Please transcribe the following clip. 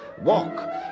Walk